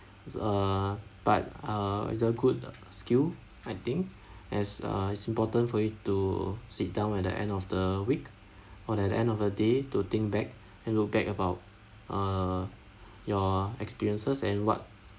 it's uh but uh it's a good skill I think as uh is important for you to sit down at the end of the week or at the end of a day to think back and look back about uh your experiences and what